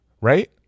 Right